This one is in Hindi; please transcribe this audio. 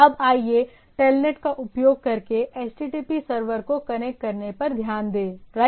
अब आइए TELNET का उपयोग करके HTTP सर्वर को कनेक्ट करने पर ध्यान दें राइट